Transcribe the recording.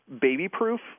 baby-proof